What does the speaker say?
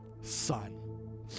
Son